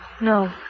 No